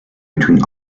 between